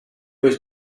was